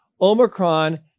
Omicron